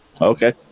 Okay